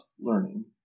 learning